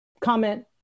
comment